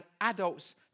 adults